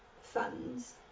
funds